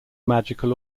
magical